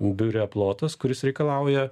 biure plotas kuris reikalauja